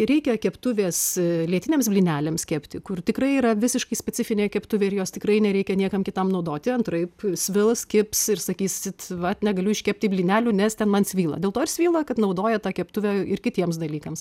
reikia keptuvės lietiniams blyneliams kepti kur tikrai yra visiškai specifinė keptuvė ir jos tikrai nereikia niekam kitam naudoti antraip svilas kibs ir sakysit va negaliu iškepti blynelių nes ten man svyla dėl to ir svyla kad naudojat tą keptuvę ir kitiems dalykams